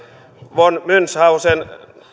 von munchhausen